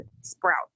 sprout